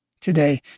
today